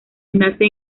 nace